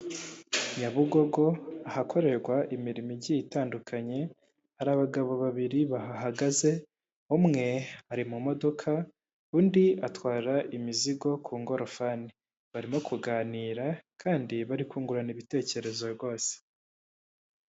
Nyabugogo ahakorerwa imirimo igiye itandukanye hari abagabo babiri bahahagaze, umwe ari mu modoka undi atwara imizigo ku ngorofani, barimo kuganira kandi bari kungurana ibitekerezo rwose.